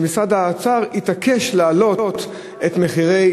שמשרד האוצר התעקש להעלות את מחירי